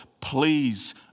please